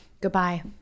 Goodbye